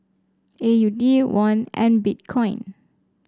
A U D Won and Bitcoin